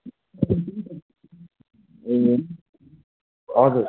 ए हजुर